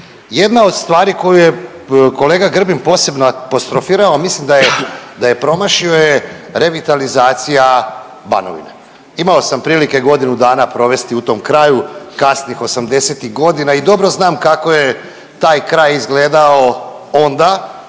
Jedna od stvari koje je kolega Grbin posebno apostrofirao, a mislim da je promašio je revitalizacija Banovine. Imao sam prilike godinu dana provesti u tom kraju kasnih 80-ih godina i dobro znam kako je taj kraj izgledao onda,